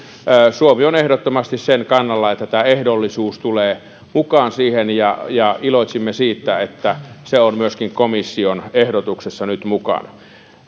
suomi on ehdottomasti sen kannalla että ehdollisuus tulee mukaan siihen ja ja iloitsimme siitä että se on myöskin komission ehdotuksessa nyt mukana